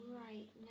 right